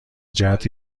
جهت